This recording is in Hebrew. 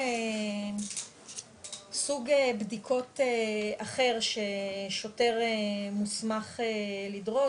סוג בדיקות אחר ששוטר מוסמך לדרוש,